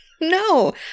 no